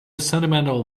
sentimental